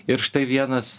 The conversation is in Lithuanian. ir štai vienas